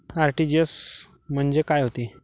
RTGS म्हंजे काय होते?